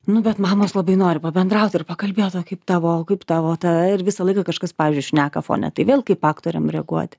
nu bet mamos labai nori pabendraut ir pakalbėt o kaip tavo kaip tavo tą ir visą laiką kažkas pavyzdžiui šneka fone tai vėl kaip aktoriam reaguoti